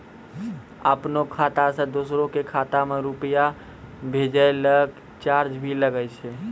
आपनों खाता सें दोसरो के खाता मे रुपैया भेजै लेल चार्ज भी लागै छै?